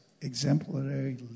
exemplary